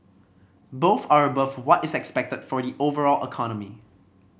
both are above what is expected for the overall economy